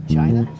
China